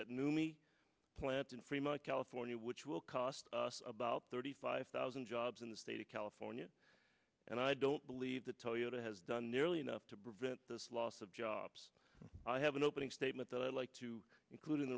nummi plant in fremont california which will cost us about thirty five thousand jobs in the state of california and i don't believe that toyota has done nearly enough to prevent this loss of jobs i have an opening statement that i'd like to includ